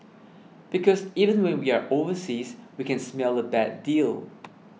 because even when we are overseas we can smell a bad deal